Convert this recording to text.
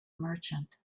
merchant